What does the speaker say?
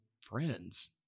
friends